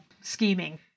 scheming